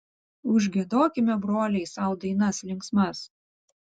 užgiedokime broliai sau dainas linksmas